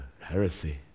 heresy